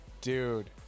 dude